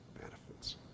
benefits